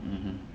mmhmm